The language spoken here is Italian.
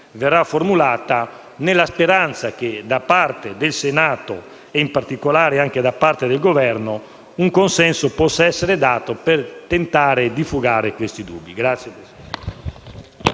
verrà formulata nella speranza che, da parte del Senato e in particolare del Governo, un consenso possa essere dato per tentare di fugare questi dubbi